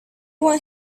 want